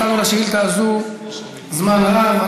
נתנו לשאילתה הזאת זמן רב.